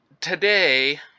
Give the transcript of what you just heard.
today